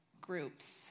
groups